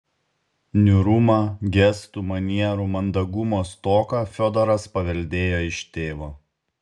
niūrumą gestų manierų mandagumo stoką fiodoras paveldėjo iš tėvo